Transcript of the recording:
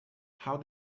how